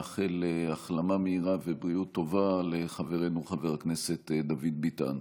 לאחל החלמה מהירה ובריאות טובה לחברנו חבר הכנסת דוד ביטן.